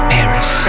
Paris